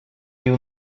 you